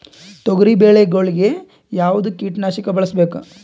ತೊಗರಿಬೇಳೆ ಗೊಳಿಗ ಯಾವದ ಕೀಟನಾಶಕ ಬಳಸಬೇಕು?